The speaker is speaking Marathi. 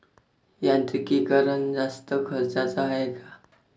यांत्रिकीकरण जास्त खर्चाचं हाये का?